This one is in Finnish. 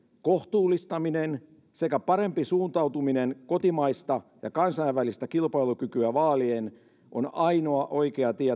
kohtuullistaminen sekä parempi suuntautuminen kotimaista ja kansainvälistä kilpailukykyä vaalien on ainoa oikea tie